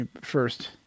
first